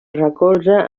recolza